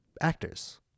actors